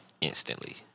Instantly